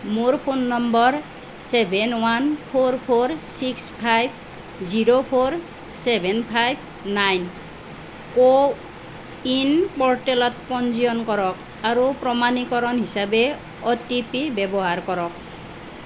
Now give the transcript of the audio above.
মোৰ ফোন নম্বৰ seven one four four six five zero four seven five nine CoWIN প'ৰ্টেলত পঞ্জীয়ন কৰক আৰু প্ৰমাণীকৰণ হিচাপে অ' টি পি ব্যৱহাৰ কৰক